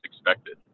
expected